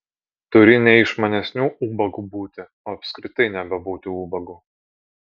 turi ne išmanesniu ubagu būti o apskritai nebebūti ubagu